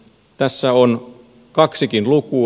tässä on kaksikin lukua